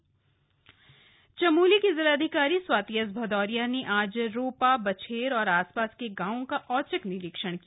home quarantine Chamoli Chamoli की जिलाधिकारी Swati S Bhadauria ने आज रोपा बछेर और आसपास के गांवों का औचक निरीक्षण किया